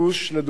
לדוגמה,